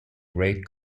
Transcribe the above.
great